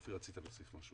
אופיר, רצית להוסיף משהו.